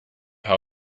how